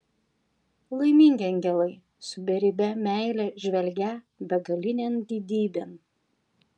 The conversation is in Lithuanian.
laimingi angelai su beribe meile žvelgią begalinėn didybėn